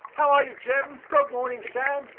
how are you, jim, good morning, sam.